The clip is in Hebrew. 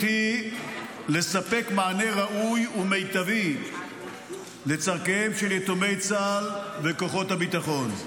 היא לספק מענה ראוי ומיטבי לצרכיהם של יתומי צה"ל וכוחות הביטחון.